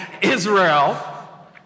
Israel